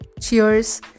Cheers